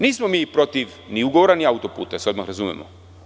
Nismo mi protiv ugovora i autoputa, da se odmah razumemo.